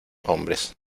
hombres